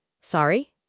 Sorry